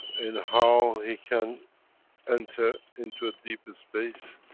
in how he can enter into ah deep space.